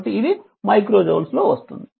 కాబట్టి ఇది micro joules లో వస్తుంది